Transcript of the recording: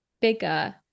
bigger